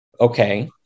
Okay